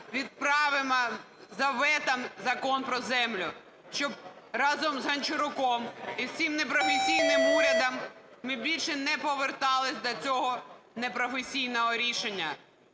відправимо на вето Закон про землю, щоб разом з Гончаруком і всім непрофесійним урядом ми більше не повертались до цього непрофесійного рішення.